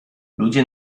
ludzie